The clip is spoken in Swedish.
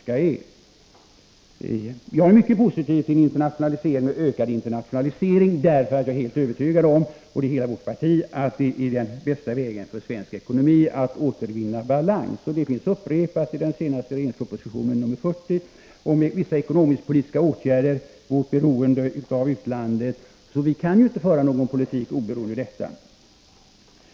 Jag ställer mig mycket positiv till ökad internationalisering därför att jag är helt övertygad om — och det är hela vårt parti — att det är den bästa vägen för svensk ekonomi att återvinna balans. Det finns upprepat i den senaste regeringspropositionen, nr 40, om vissa ekonomisk-politiska åtgärder, när det gäller beroendet av utlandet. Vi kan inte föra någon politik oberoende av detta.